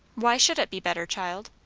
why should it be better, child?